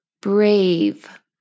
brave